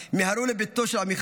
מיהרו לביתו של עמיחי